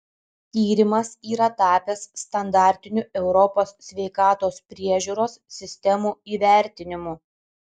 tyrimas yra tapęs standartiniu europos sveikatos priežiūros sistemų įvertinimu